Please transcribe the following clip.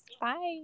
Bye